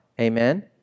Amen